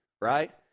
right